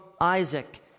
isaac